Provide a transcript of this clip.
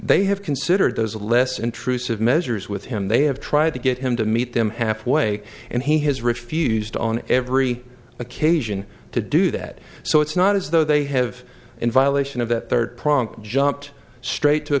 they have considered those less intrusive measures with him they have tried to get him to meet them halfway and he has refused on every occasion to do that so it's not as though they have in violation of that third prong jumped straight to a